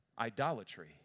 Idolatry